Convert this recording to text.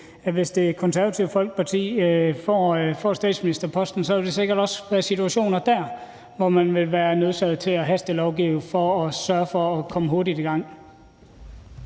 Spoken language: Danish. hvis Det Konservative Folkeparti får statsministerposten, ville der sikkert også være situationer, hvor man er nødt til at hastelovgive for at sørge for at komme hurtigt i gang.